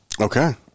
Okay